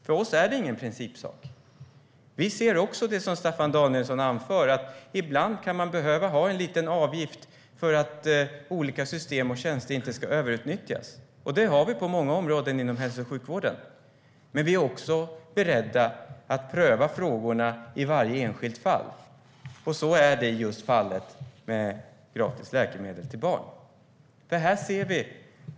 För oss är det ingen principsak. Vi ser också det som Staffan Danielsson anför, att ibland kan man behöva ha en liten avgift för att olika system och tjänster inte ska överutnyttjas, och det har vi på många områden inom hälso och sjukvården. Men vi är också beredda att pröva frågorna i varje enskilt fall. Och så är det just i fallet med gratis läkemedel till barn.